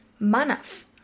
manaf